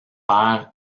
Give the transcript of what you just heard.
père